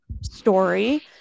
Story